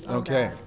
okay